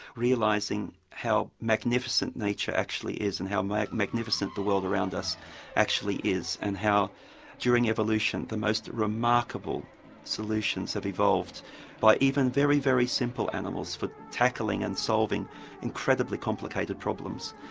realising how magnificent nature actually is and how like magnificent the world around us actually is, and how during evolution the most remarkable solutions have evolved by even very, very simple animals for tackling and solving incredibly complicated problems.